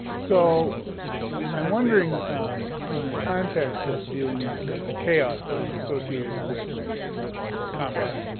so i'm wondering in the context of dealing with the chaos that is associated with combat,